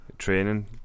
training